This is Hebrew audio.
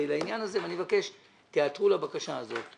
פתיחות לעניין הזה ואני מבקש שתיעתרו לבקשה הזאת.